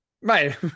right